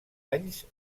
anys